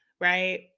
right